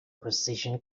precision